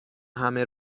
همه